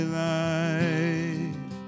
life